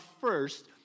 first